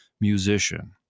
musician